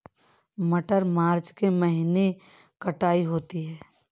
मटर मार्च के महीने कटाई होती है?